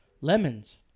Lemons